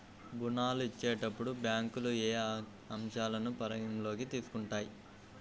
ఋణాలు ఇచ్చేటప్పుడు బ్యాంకులు ఏ అంశాలను పరిగణలోకి తీసుకుంటాయి?